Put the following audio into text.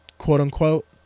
quote-unquote